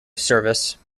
service